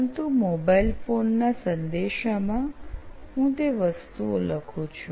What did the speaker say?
પરંતુ મોબાઇલ ફોનમાં સંદેશમાં હું તે વસ્તુઓ લખુ છું